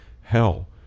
hell